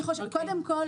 קודם כול,